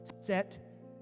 Set